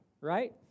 right